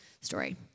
story